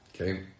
okay